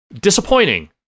disappointing